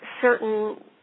certain